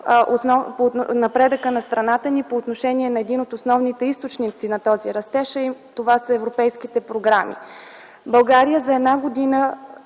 напредъка на страната ни по отношение на един от основните източници на този растеж. Това са европейските програми. България за една година